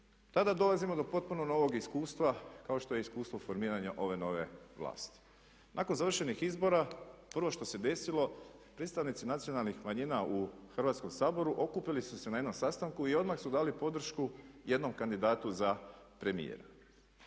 tada dolazimo do potpuno novog iskustva kao što je iskustvo formiranje ove nove vlasti. Nakon završenih izbora prvo što se desilo, predstavnici nacionalnih manjina u Hrvatskom saboru okupili su se na jednom sastanku i odmah su dali podršku jednom kandidatu za premijera.